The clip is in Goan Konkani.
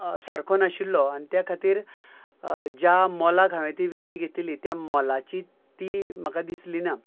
सारको नाशिल्लो आनी त्या खातीर ज्या मोलाक हांवें ती विकती घेतिल्ली त्या मोलाची ती म्हाका दिसली ना